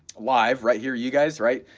live, right here, you guys, right,